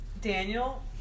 Daniel